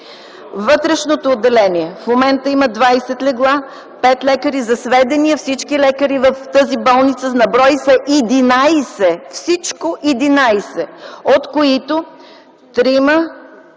Вътрешното отделение в момента има 20 легла, 5 лекари. За сведение, всички лекари в тази болница на брой са 11! Всичко 11, от които трима...